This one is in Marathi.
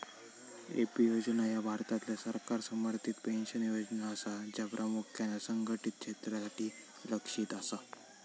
ए.पी योजना ह्या भारतातल्या सरकार समर्थित पेन्शन योजना असा, ज्या प्रामुख्यान असंघटित क्षेत्रासाठी लक्ष्यित असा